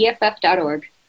EFF.org